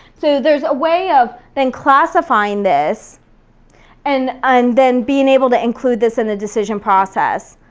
so there's a way of then classifying this and and then being able to include this in the decision process.